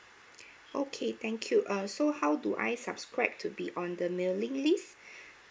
okay thank you uh so how do I subscribe to be on the mailing list